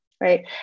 Right